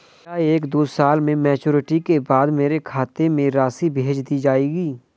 क्या एक या दो साल की मैच्योरिटी के बाद मेरे खाते में राशि भेज दी जाएगी?